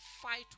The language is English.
fight